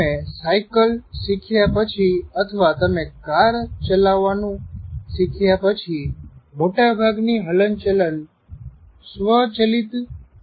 તમે સાયકલ શીખ્યા પછી અથવા તમે કાર ચાલવાનું શીખ્યા પછી મોટાભાગની હલનચલન સ્વચલીત થઈ જાય છે